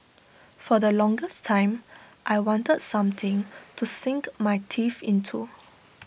for the longest time I wanted something to sink my teeth into